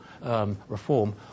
reform